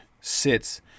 sits